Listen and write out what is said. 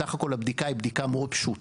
בסך הכל הבדיקה היא בדיקה מאוד פשוטה.